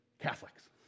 Catholics